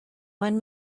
one